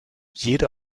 jede